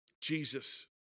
Jesus